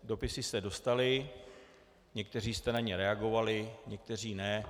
Dopisy jste dostali, někteří jste na ně reagovali, někteří ne.